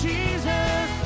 Jesus